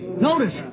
Notice